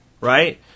Right